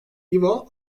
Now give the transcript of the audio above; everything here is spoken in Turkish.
i̇vo